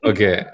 Okay